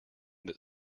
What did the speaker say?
that